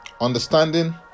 understanding